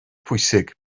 pwysig